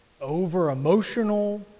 over-emotional